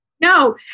No